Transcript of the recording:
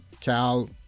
Cal